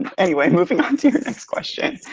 anyway, moving on to the next question.